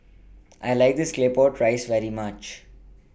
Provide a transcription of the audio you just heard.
I like This Claypot Rice very much